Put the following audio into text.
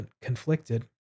conflicted